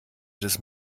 des